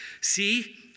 See